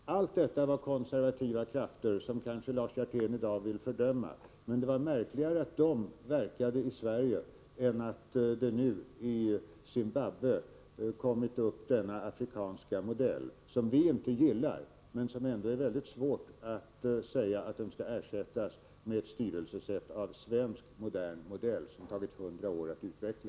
Det var konservativa krafter som kanske Lars Hjertén i dag vill fördöma, men det var inte märkligare att de verkade i Sverige än att det nu i Zimbabwe kommit upp denna afrikanska modell, som vi inte gillar. Det är ändå svårt för oss att säga att den skall ersättas av ett styrelseskick av svensk, modern modell, som det tagit över 100 år att utveckla.